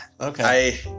Okay